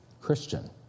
Christian